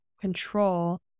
control